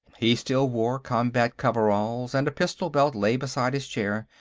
he still wore combat coveralls, and a pistol-belt lay beside his chair.